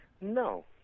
No